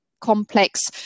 complex